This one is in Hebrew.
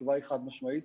התשובה היא חד משמעית.